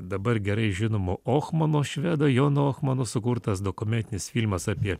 dabar gerai žinomo ohmano švedo jono ohmano sukurtas dokumentinis filmas apie